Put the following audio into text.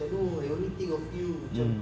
macam no I only think of you macam